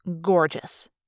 gorgeous